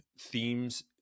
themes